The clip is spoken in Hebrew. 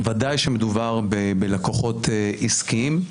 וודאי שמדובר בלקוחות עסקיים.